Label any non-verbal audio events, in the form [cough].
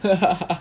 [laughs]